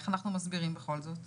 איך אנחנו מסבירים את זה?